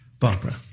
Barbara